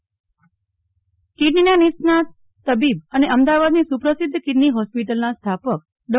નેહલ ઠક્કર અવસાન કીડનીના નિષ્ણાત તબીબ અને અમદાવાદની સુપ્રસિધ્ધ કીડની હોસ્પિટલના સ્થાપક ડો